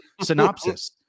synopsis